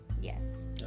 Yes